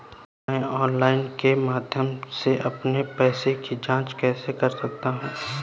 मैं ऑनलाइन के माध्यम से अपने पैसे की जाँच कैसे कर सकता हूँ?